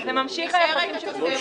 אז זה ממשיך כפי שזה עכשיו.